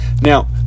Now